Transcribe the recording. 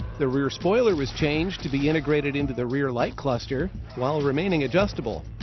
the rear spoiler was changed to be integrated into the rear light cluster while remaining adjustable.